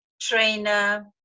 trainer